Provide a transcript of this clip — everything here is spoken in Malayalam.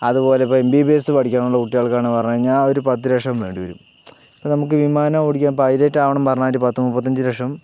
അത് പോലെ ഇപ്പോ എം ബി ബി എസ് പഠിക്കുന്ന കുട്ടികൾക്ക് ആണെന്ന് പറഞ്ഞ് കഴിഞ്ഞാൽ ഒരു പത്തുലക്ഷം വേണ്ടിവരും ഇപ്പൊ നമുക്ക് വിമാനം ഓടിക്കാൻ പൈലറ്റ് ആകണം പറഞ്ഞാ ഒരു പത്ത് മുപ്പത്തഞ്ച് ലക്ഷം